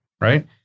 right